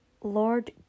Lord